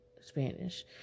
Spanish